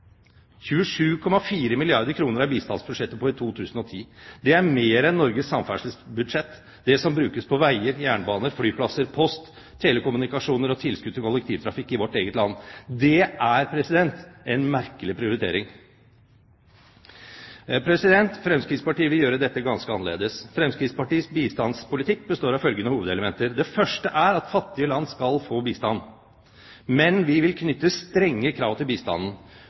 27,4 milliarder kr er bistandsbudsjettet på i 2010. Det er mer enn Norges samferdselsbudsjett, det som brukes på veier, jernbane, flyplasser, post, telekommunikasjoner og tilskudd til kollektivtrafikk i vårt eget land. Det er en merkelig prioritering. Fremskrittspartiet vil gjøre dette ganske annerledes. Fremskrittspartiets bistandspolitikk består av følgende hovedelementer: Det første er at fattige land skal få bistand, men vi vil knytte strenge krav til bistanden.